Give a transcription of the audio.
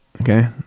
okay